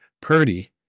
Purdy